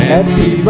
Happy